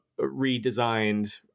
redesigned